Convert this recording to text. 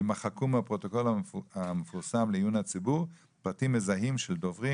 יימחקו מהפרוטוקול המפורסם לעיון הציבור פרטים מזהים של דוברים,